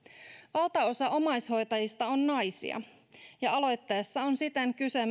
valtaosa omaishoitajista on naisia ja aloitteessa on siten kyse